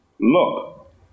Look